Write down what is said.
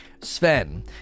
Sven